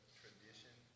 tradition